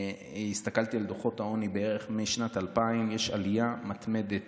הסתכלתי על דוחות העוני בערך משנת 2000: יש עלייה מתמדת